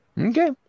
okay